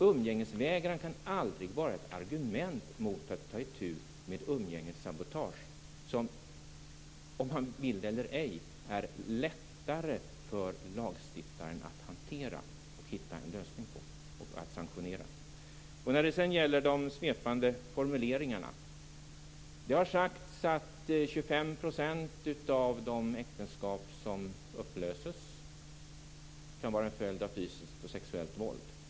Umgängesvägran kan aldrig vara ett argument mot att ta itu med umgängessabotage, som, vare sig man vill det eller ej, är lättare för lagstiftaren att hantera, att hitta en lösning på och att sanktionera. När det sedan gäller de svepande formuleringarna har det sagts att 25 % av de äktenskap som upplöses kan vara en följd av fysiskt och sexuellt våld.